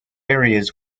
areas